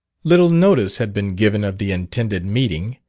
little notice had been given of the intended meeting,